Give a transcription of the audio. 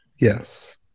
Yes